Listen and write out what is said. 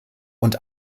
und